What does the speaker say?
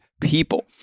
people